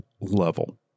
level